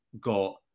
got